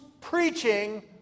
preaching